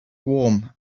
warm